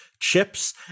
chips